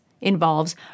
involves